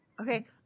Okay